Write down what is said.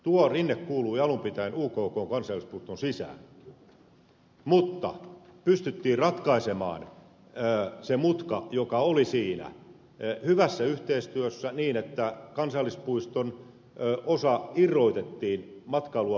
tuo rinne kuului alun pitäen ukn kansallispuiston sisään mutta pystyttiin ratkaisemaan se mutka joka oli siinä hyvässä yhteistyössä niin että kansallispuiston osa irrotettiin matkailua palvelevaan toimintaan